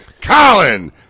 Colin